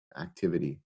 activity